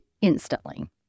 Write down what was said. instantly